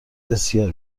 بسیار